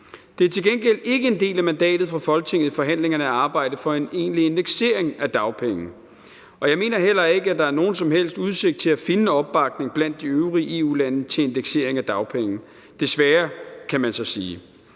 Det er til gengæld ikke en del af mandatet for Folketinget i forhandlingerne at arbejde for en egentlig indeksering af dagpenge, og jeg mener heller ikke, at der er nogen som helst udsigt til at finde opbakning blandt de øvrige EU-lande til indeksering af dagpenge – desværre, kan man så sige.